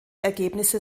ergebnisse